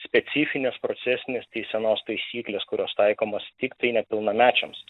specifinės procesinės teisenos taisyklės kurios taikomos tiktai nepilnamečiams